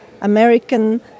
American